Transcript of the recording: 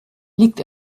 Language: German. liegt